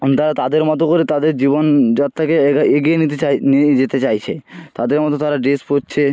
তারা তাদের মতো করে তাদের জীবনযাত্রাকে এগায় এগিয়ে নিতে চায় নিয়ে যেতে চাইছে তাদের মতো তারা ড্রেস পরছে